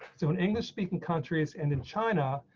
so an english speaking countries and in china,